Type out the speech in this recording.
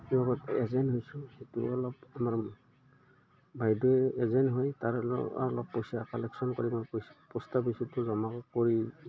সেইবোৰত এজেণ্ট হৈছোঁ সেইটোও অলপ আমাৰ বাইদেউে এজেণ্ট হয় তাৰো অলপ পইচা কালেকশ্যন কৰি মই পষ্ট অফিচতো জমা কৰি